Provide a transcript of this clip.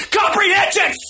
comprehension